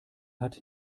hat